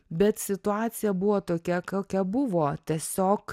bet situacija buvo tokia kokia buvo tiesiog